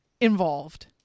involved